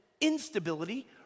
instability